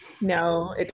no